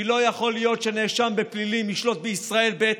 כי לא יכול להיות שנאשם בפלילים ישלוט בישראל בעת